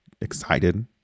excited